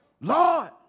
Lord